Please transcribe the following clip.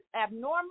abnormal